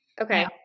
Okay